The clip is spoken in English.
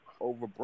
over